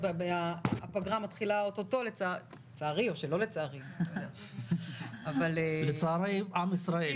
הפגרה מתחילה או-טו-טו לצערי או שלא לצערי --- לצערו של עם ישראל.